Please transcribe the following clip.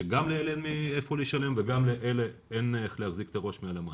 שגם לאלה אין מאיפה לשלם וגם לאלה אין איך להחזיק את הראש מעל למים.